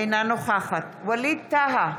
אינה נוכחת ווליד טאהא,